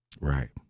Right